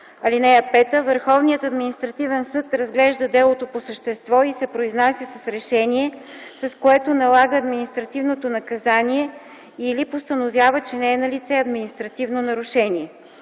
съда. (5) Върховният административен съд разглежда делото по същество и се произнася с решение, с което налага административното наказание, или постановява, че не е налице административно нарушение.